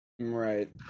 right